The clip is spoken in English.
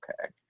okay